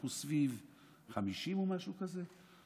אנחנו סביב 50 או משהו כזה.